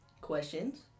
questions